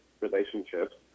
relationships